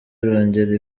irongera